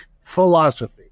philosophy